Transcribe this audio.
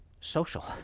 social